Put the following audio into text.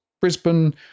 Brisbane